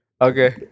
Okay